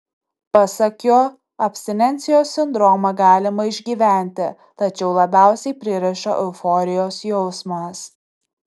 pasak jo abstinencijos sindromą galima išgyventi tačiau labiausiai pririša euforijos jausmas